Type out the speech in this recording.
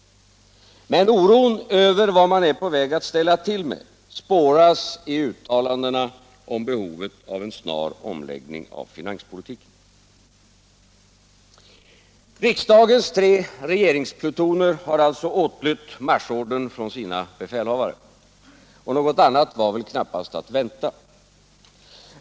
Men oron över vad man är på väg att ställa till med spåras i uttalandena om behovet av en snar omläggning av finanspolitiken. Riksdagens tre regeringsplutoner har alltså åtlytt marschordern från sina befälhavare. Och något annat var väl knappast att vänta.